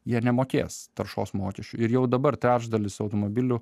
jie nemokės taršos mokesčių ir jau dabar trečdalis automobilių